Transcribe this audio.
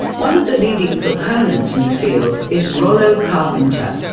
one of the leading proponents in the field is rollo carpenter.